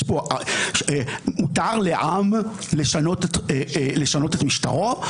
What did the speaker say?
מותר לעם לשנות את משטרו.